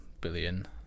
billion